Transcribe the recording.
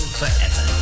forever